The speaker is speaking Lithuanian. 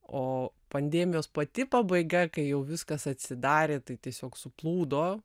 o pandemijos pati pabaiga kai jau viskas atsidarė tai tiesiog suplūdo